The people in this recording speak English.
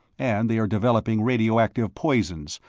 and they are developing radioactive poisons,